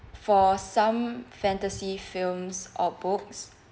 for some fantasy films or books